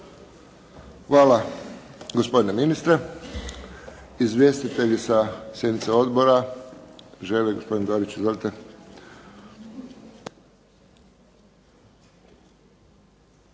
Hvala gospodine ministre. Izvjestitelji sa sjednice odbora? Želi gospodin Dorić, izvolite.